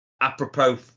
apropos